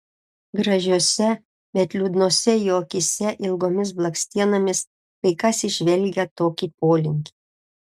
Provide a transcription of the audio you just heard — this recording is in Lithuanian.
gražiose bet liūdnose jo akyse ilgomis blakstienomis kai kas įžvelgia tokį polinkį